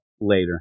Later